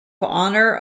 honour